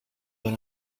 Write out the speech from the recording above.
dans